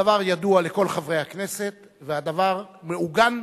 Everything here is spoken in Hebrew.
הדבר ידוע לכל חברי הכנסת והדבר מעוגן